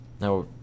now